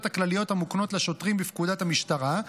הכלליות המוקנות לשוטרים בפקודת המשטרה,